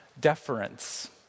Deference